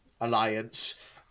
alliance